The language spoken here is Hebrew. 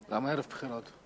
למה ערב בחירות?